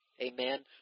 Amen